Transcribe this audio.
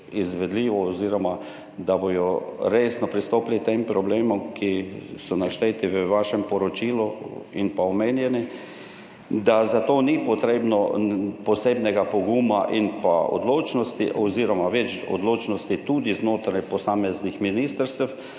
izvedljivo oziroma da bodo resno pristopili k tem problemom, ki so našteti in omenjeni v vašem poročilu, verjamem, da za to ni potrebnega posebnega poguma in odločnosti oziroma več odločnosti znotraj posameznih ministrstev,